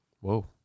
Whoa